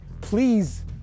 Please